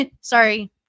Sorry